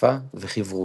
שפה וחיברות.